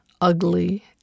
ugly